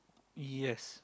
yes